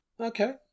Okay